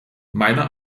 meiner